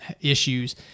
issues